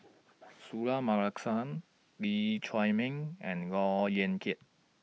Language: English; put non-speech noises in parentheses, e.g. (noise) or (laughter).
(noise) Suratman Markasan Lee Chiaw Meng and Look Yan Kit